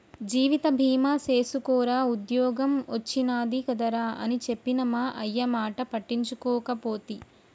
జీవిత బీమ సేసుకోరా ఉద్ద్యోగం ఒచ్చినాది కదరా అని చెప్పిన మా అయ్యమాట పట్టించుకోకపోతి